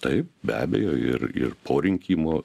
taip be abejo ir ir po rinkimų